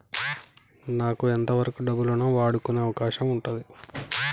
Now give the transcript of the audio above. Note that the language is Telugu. నాకు ఎంత వరకు డబ్బులను వాడుకునే అవకాశం ఉంటది?